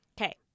Okay